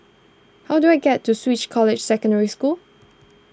how do I get to Swiss Cottage Secondary School